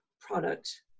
product